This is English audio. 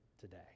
today